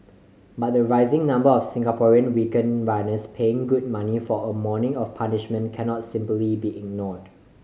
but the rising number of Singaporean weekend runners paying good money for a morning of punishment cannot simply be ignored